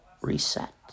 Reset